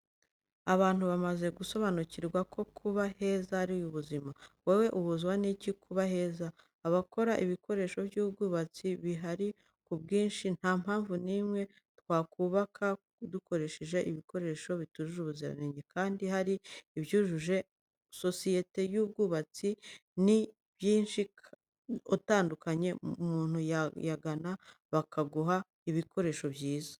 Abantu bamaze gusobanukirwa ko kuba heza ari ubuzima. Wowe ubuzwa n'iki kuba heza? Abakora ibikoresho by'ubwubatsi bihari ku bwinshi ntampamvu n'imwe twakubaka dukoresheje ibikoresho bitujuje ubuziranenge kandi hari ibyujuje amasosiyete y'ubwubatsi ni menshi atandukanye umuntu yayagana bakaguha ibikoresho byiza.